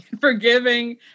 forgiving